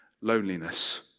Loneliness